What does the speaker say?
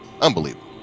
Unbelievable